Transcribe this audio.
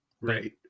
Right